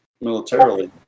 militarily